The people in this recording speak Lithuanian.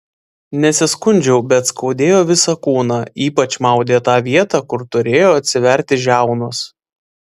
nesiskundžiau bet skaudėjo visą kūną ypač maudė tą vietą kur turėjo atsiverti žiaunos